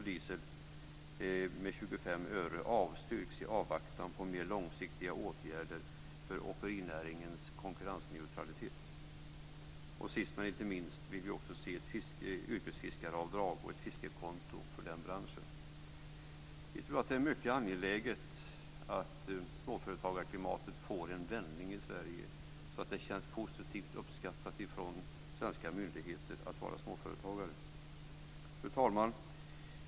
Det är mycket angeläget med en vändning i småföretagarklimatet i Sverige, så att svenska småföretagare känner sig positivt uppskattade av svenska myndigheter. Fru talman!